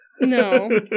No